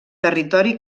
territori